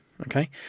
okay